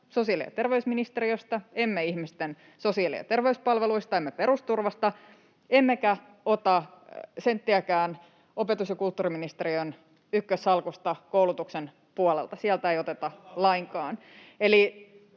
sosiaali- ja terveysministeriöstä, emme ihmisten sosiaali- ja terveyspalveluista, emme perusturvasta, emmekä ota senttiäkään opetus- ja kulttuuriministeriön ykkössalkusta, koulutuksen puolelta — sieltä ei oteta lainkaan.